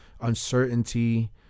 Uncertainty